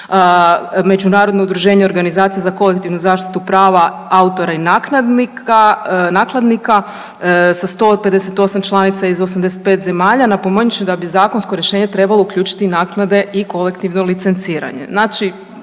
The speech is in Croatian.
Međunarodno udruženje organizacije za kolektivnu zaštitu prava autora i nakladnika sa 158 članica iz 85 zemalja. Napomenut ću da bi zakonsko rješenje trebalo uključiti naknade i kolektivno licenciranje.